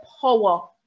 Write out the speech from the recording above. power